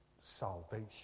salvation